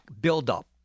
buildup